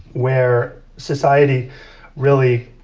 where society really,